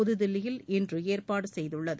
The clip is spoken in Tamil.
புதுதில்லியில் இன்று ஏற்பாடு செய்துள்ளது